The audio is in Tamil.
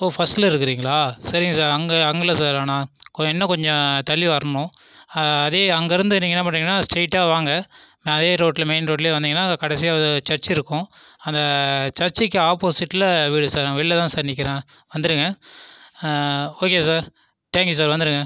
ஓ பர்ஸ்ட்டில் இருக்குகிறீங்களா சரிங்க சார் அங்கே அங்கே இல்லை சார் ஆனால் கொஞ்ச இன்னும் கொஞ்சம் தள்ளி வரணும் அதே அங்கேருந்து நீங்கள் என்ன பண்ணுறிங்கனா ஸ்ட்ரைட்டா வாங்க அதே ரோட்டில் மெயின் ரோட்டிலேயே வந்தீங்கன்னா கடைசியாக ஒரு சர்ச் இருக்கும் அந்தச் சர்ச்சுக்கு ஆப்போசிட்டில் வீடு சார் நான் வெளியில் தான் சார் நிற்கிறேன் வந்துருங்கள் okay sir thank you sir வந்துருங்கள்